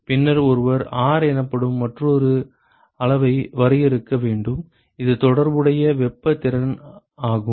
பின்னர் ஒருவர் R எனப்படும் மற்றொரு அளவை வரையறுக்க வேண்டும் இது தொடர்புடைய வெப்ப திறன் ஆகும்